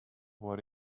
what